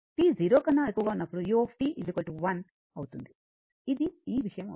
t 0 కన్నా ఎక్కువగా ఉన్నప్పుడు u1 అవుతుంది ఇది ఈ విషయం అవుతుంది